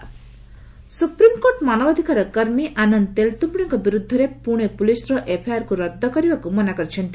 SC Maoist supreme court ମାନବାଧକାର କର୍ମୀ ଆନନ୍ଦ ତେଲ୍ତୁମ୍ମୁଡେଙ୍କ ବିରୁଦ୍ଧରେ ପୁଣେ ପୁଲିସ୍ର ଏଫ୍ଆଇଆର୍କୁ ରଦ୍ଦ କରିବାକୁ ମନା କରିଛନ୍ତି